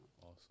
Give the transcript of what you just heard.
Awesome